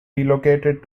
relocated